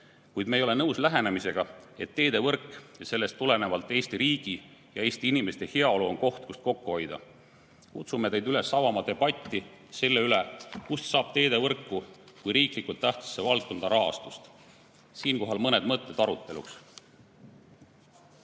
Kuid me ei ole nõus lähenemisega, et teevõrk ja sellest tulenevalt Eesti riigi ja Eesti inimeste heaolu on koht, kust kokku hoida. Kutsume teid üles avama debatti selle üle, kust saada teevõrku kui riiklikult tähtsasse valdkonda rahastust. Siinkohal mõned mõtted aruteluks.